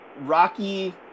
rocky